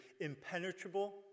impenetrable